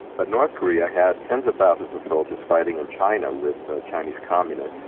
but north korea had tens of thousands of soldiers fighting in china, with chinese communists.